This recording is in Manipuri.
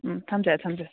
ꯎꯝ ꯊꯝꯖꯔꯦ ꯊꯝꯖꯔꯦ